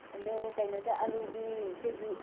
ꯑꯗꯨ ꯀꯩꯅꯣꯗ ꯑꯥꯜꯂꯨꯒꯤ ꯑꯩꯈꯣꯏꯒꯤ